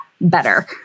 better